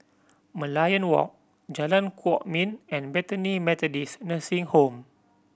Merlion Walk Jalan Kwok Min and Bethany Methodist Nursing Home